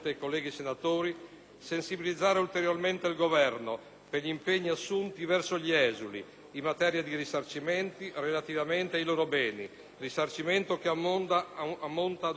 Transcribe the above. sensibilizzare ulteriormente il Governo per gli impegni assunti verso gli esuli in materia di risarcimenti relativamente ai loro beni, risarcimento che ammonta ad un miliardo di dollari.